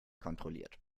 kontrolliert